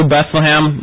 Bethlehem